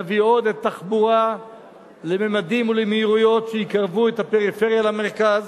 להביא עוד את התחבורה לממדים ולמהירויות שיקרבו את הפריפריה למרכז.